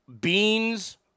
beans